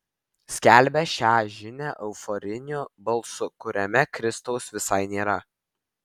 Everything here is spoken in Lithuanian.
skelbia šią žinią euforiniu balsu kuriame kristaus visai nėra